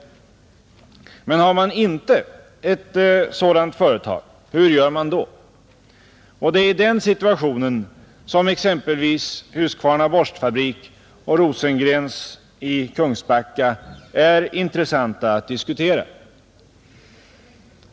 Men har man inte ett sådant företag, hur gör man då? Det är i den situationen som exempelvis Husqvarna Borstfabrik och Rosengrens i Kungsbacka är intressanta att diskutera.